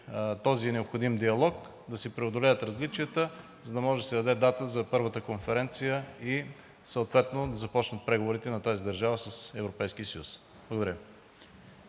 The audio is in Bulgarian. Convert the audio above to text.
този необходим диалог, да се преодолеят различията, за да може да се даде дата за първата конференция и съответно да започнат преговорите на тази държава с Европейския съюз. Благодаря